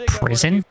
prison